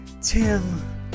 Tim